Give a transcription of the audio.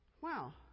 wow